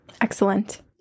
Excellent